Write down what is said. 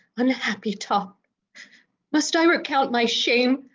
unhappy talk must i recount my shame,